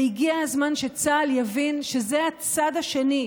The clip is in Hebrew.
הגיע הזמן שצה"ל יבין שזה הצד השני,